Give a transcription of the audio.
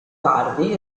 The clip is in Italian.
tardi